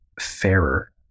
Fairer